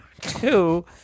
two